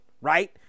right